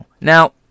Now